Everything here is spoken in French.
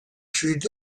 sud